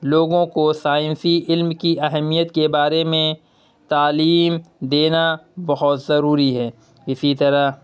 لوگوں کو سائنسی علم کی اہمیت کے بارے میں تعلیم دینا بہت ضروری ہے اسی طرح